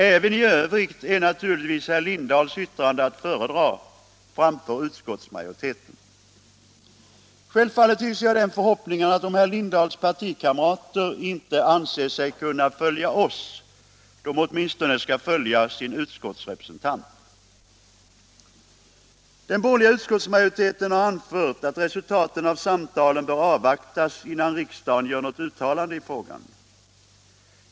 Även i övrigt är naturligtvis herr Lindahls yttrande att föredra framför utskottsmajoritetens. Självfallet hyser jag den förhoppningen att om herr Lindahls partikamrater inte anser sig kunna följa oss, så skall de åtminstone följa sin utskottsrepresentant. Den borgerliga utskottsmajoriteten har anfört att resultaten av samtalen bör avvaktas innan riksdagen gör något uttalande i frågan.